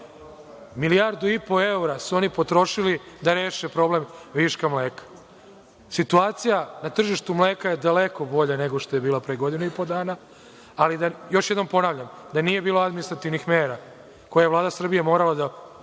Milijardu i po evra su oni potrošili da reše problem viška mleka. Situacija na tržištu mleka je daleko bolja nego što je bila pre godinu i po dana. Još jednom ponavljam da nije bilo administrativnih mera koje je Vlada Srbije morala da